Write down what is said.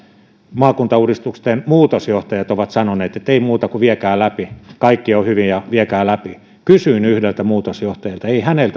maakuntauudistuksen muutosjohtajat ovat sanoneet että ei muuta kuin viekää läpi kaikki on hyvin viekää läpi kysyin yhdeltä muutosjohtajalta ei ainakaan hänen